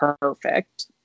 perfect